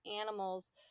animals